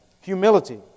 Humility